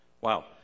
wow